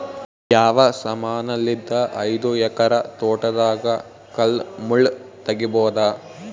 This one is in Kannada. ಯಾವ ಸಮಾನಲಿದ್ದ ಐದು ಎಕರ ತೋಟದಾಗ ಕಲ್ ಮುಳ್ ತಗಿಬೊದ?